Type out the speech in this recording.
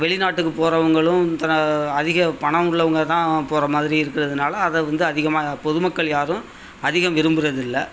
வெளிநாட்டுக்கு போகறவுங்களும் த அதிக பணம் உள்ளவங்க தான் போகற மாதிரி இருக்கறதுனால அதை வந்து அதிகமாக பொதுமக்கள் யாரும் அதிகம் விரும்புறதில்லை